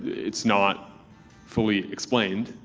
it's not fully explained.